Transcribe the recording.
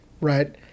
right